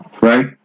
right